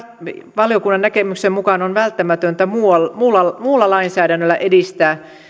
valiokunnan näkemyksen mukaan on välttämätöntä muulla lainsäädännöllä edistää